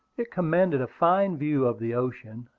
it commanded a fine view of the ocean,